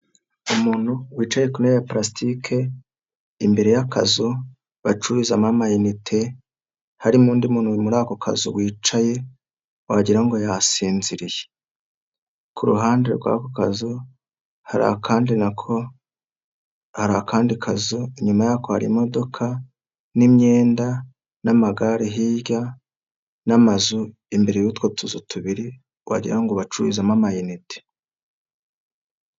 Umuntu wicaye ku ntebe ya palastike imbere y'akazu bacururiza amayinite harimo undi muntu muri ako kazu wicaye wagira ngo yasinziriye, ku ruhande rw'ako kazu hari akandi na ko, hari akandi kazu inyuma yako hari imodoka n'imyenda n'amagare, hirya ni amazu imbere y'utwo tuzu tubiri, wagira ngo bacururizamo amayinite.